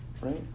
Right